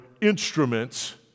instruments